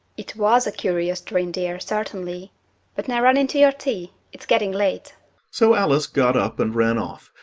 it was a curious dream, dear, certainly but now run in to your tea it's getting late so alice got up and ran off,